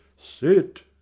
sit